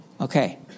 Okay